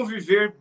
Viver